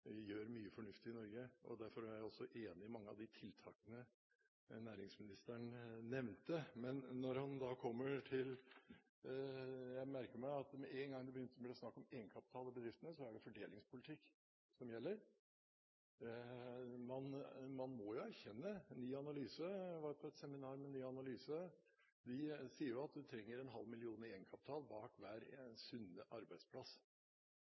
vi gjør mye fornuftig i Norge. Derfor er jeg også enig i mange av de tiltakene næringsministeren nevnte. Men jeg merker meg at med en gang det begynner å bli snakk om egenkapital og bedriftene, er det fordelingspolitikk som gjelder. Jeg var på seminar med NyAnalyse. De sier at det trengs en halv million i egenkapital bak hver sunne arbeidsplass.